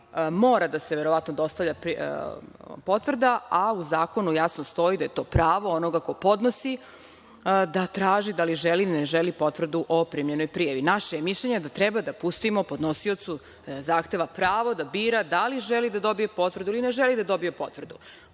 mora da se verovatno dostavlja potvrda, a u zakonu jasno stoji da je to pravo onoga ko podnosi da traži da li želi ili ne želi potvrdu o primljenoj prijavi. Naše je mišljenje da treba da pustimo podnosiocu zahteva pravo da bira da li želi da dobije potvrdu ili ne želi da dobije potvrdu.